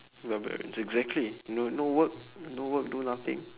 barbarians exactly no no work no work do nothing